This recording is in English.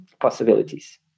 Possibilities